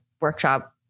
workshop